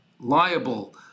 liable